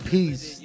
Peace